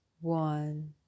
one